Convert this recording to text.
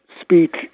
speech